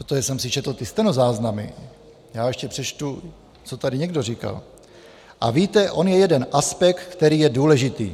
Protože jsem si četl stenozáznamy, ještě přečtu, co tady někdo říkal: A víte, on je jeden aspekt, který je důležitý.